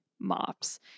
mops